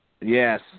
Yes